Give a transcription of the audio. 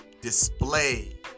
display